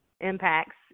impacts